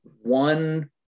one